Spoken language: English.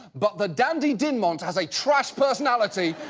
but the dandy dinmont has a trash personality,